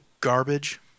garbage